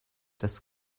das